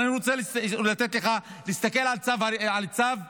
אבל אני רוצה לתת לך להסתכל על צו מינהלי,